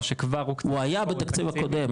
או ש- -- הוא היה בתקציב הקודם,